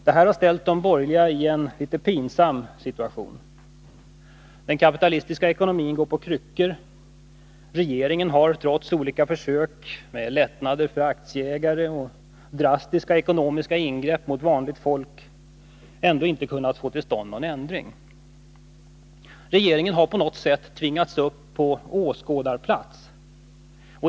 Det här har ställt de borgerliga i en litet pinsam situation. Den kapitalistiska ekonomin går på kryckor, och regeringen har — trots olika försök med lättnader för aktieägare och drastiska ekonomiska ingrepp mot vanligt folk —-inte kunnat få till stånd någon ändring. Regeringen har på något sätt tvingats upp på åskådarplats.